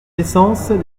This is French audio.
naissances